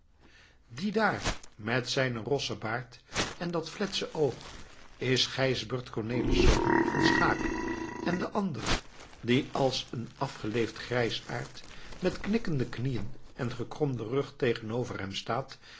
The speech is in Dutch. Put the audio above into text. die daar met zijnen rossen baard en dat fletse oog is gijsbert cornelisz van schaeck en de andere die als een afgeleefd grijsaard met knikkende knieën en gekromden rug tegenover hem staat